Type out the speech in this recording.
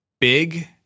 Big